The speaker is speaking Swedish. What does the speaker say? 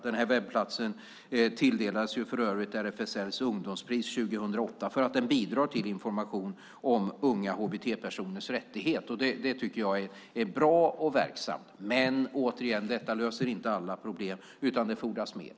Den webbplatsen tilldelades för övrigt RFSL:s ungdomspris 2008 för att den bidrar till information om unga hbt-personers rättigheter. Det tycker jag är bra och verksamt. Men detta löser återigen inte alla problem, utan det fordras mer.